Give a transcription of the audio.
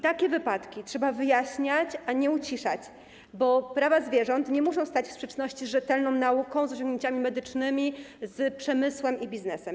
Takie wypadki trzeba wyjaśniać, a nie uciszać, bo prawa zwierząt nie muszą stać w sprzeczności z rzetelną nauką, osiągnięciami medycznymi, przemysłem, biznesem.